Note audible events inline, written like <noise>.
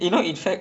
<laughs>